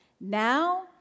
Now